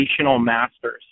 masters